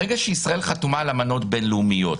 ברגע שישראל חתומה על אמנות בין-לאומיות,